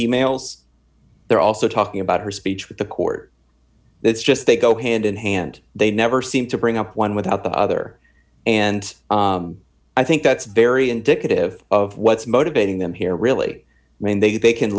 e mails they're also talking about her speech with the court that's just they go hand in hand they never seem to bring up one without the other and i think that's very indicative of what's motivating them here really i mean they they can